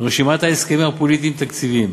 רשימת ההסכמים הפוליטיים-תקציבים